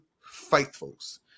faithfuls